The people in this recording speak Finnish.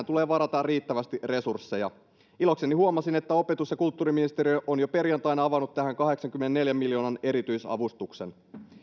tulee varata riittävästi resursseja ilokseni huomasin että opetus ja kulttuuriministeriö on jo perjantaina avannut tähän kahdeksankymmenenneljän miljoonan erityisavustuksen